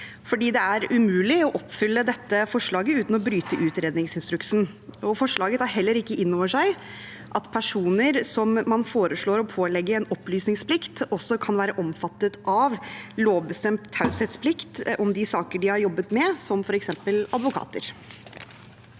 fordi det er umulig å oppfylle dette forslaget uten å bryte utredningsinstruksen. Forslaget tar heller ikke inn over seg at personer som man foreslår å pålegge en opplysningsplikt, også kan være omfattet av lovbestemt taushetsplikt om de saker de har jobbet med, som f.eks. advokater.